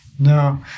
No